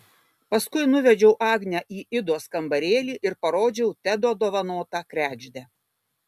paskui nuvedžiau agnę į idos kambarėlį ir parodžiau tedo dovanotą kregždę